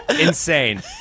Insane